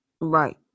Right